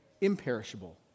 imperishable